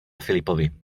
filipovi